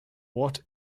what